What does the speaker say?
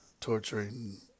torturing